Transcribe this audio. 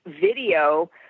video